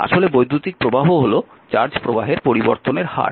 আসলে বৈদ্যুতিক প্রবাহ হল চার্জ প্রবাহের পরিবর্তনের হার